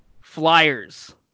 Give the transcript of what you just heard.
Flyers